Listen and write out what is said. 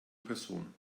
person